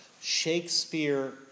Shakespeare